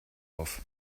auf